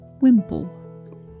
Wimple